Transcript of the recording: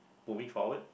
moving forward